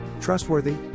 Trustworthy